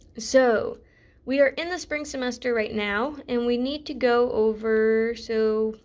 so we are in the spring semester right now and we need to go over so,